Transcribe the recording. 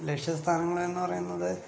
ലക്ഷ്യസ്ഥാനങ്ങള് ന്ന് പറയുന്നത്